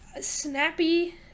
snappy